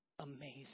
amazing